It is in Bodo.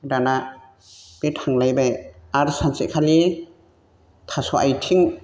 दाना बे थांलायबाय आरो सानसेखालि थास' आथिं